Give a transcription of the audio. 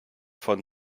von